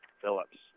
Phillips